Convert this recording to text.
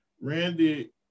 Randy